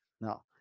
No